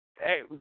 Hey